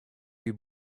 you